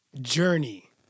Journey